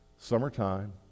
summertime